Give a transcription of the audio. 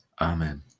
Amen